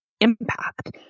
impact